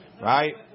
right